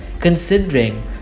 considering